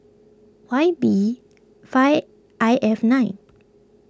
Y B five I F nine